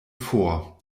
vor